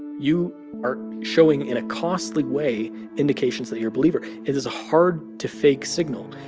you are showing in a costly way indications that you're a believer. it is hard to fake signal.